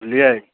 बुझलियै